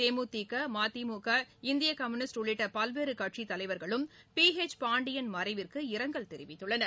தேமுதிக மதிமுக இந்திய கம்யூளிஸ்ட் உள்ளிட்ட பல்வேறு கட்சித்தலைவர்களும் பி ஹெச் பாண்டியன் மறைவிற்கு இரங்கல் தெரிவித்துள்ளனர்